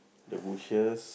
the bushes